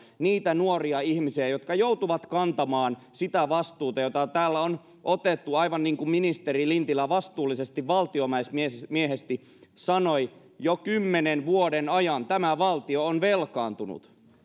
niitä nuoria ihmisiä jotka joutuvat kantamaan sitä vastuuta jota täällä on otettu aivan niin kuin ministeri lintilä vastuullisesti valtiomiesmäisesti sanoi jo kymmenen vuoden ajan tämä valtio on velkaantunut